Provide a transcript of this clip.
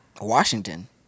Washington